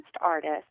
artist